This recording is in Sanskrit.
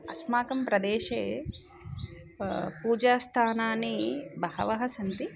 अस्माकं प्रदेशे पूजास्थानानि बहवः सन्ति